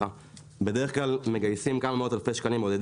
בודדים וזה שלב שיזמים טובים צולחים.